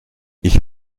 ich